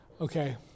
Okay